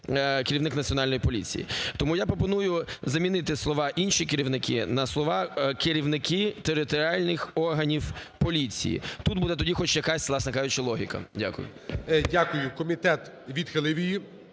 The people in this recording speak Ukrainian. керівник Національної поліції. Тому я пропоную замінити слова "інші керівники" на слова "керівники територіальних органів поліції". Тут буде тоді хоч якась, власне